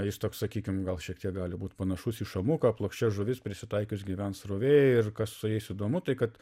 jis toks sakykim gal šiek tiek gali būt panašus į šamuką plokščia žuvis prisitaikius gyvent srovėje ir kas su jais įdomu tai kad